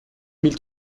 mille